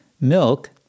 milk